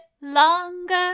longer